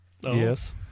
yes